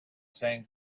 saying